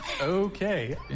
Okay